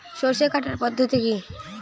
সরষে কাটার পদ্ধতি কি?